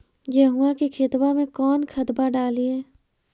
गेहुआ के खेतवा में कौन खदबा डालिए?